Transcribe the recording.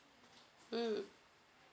mm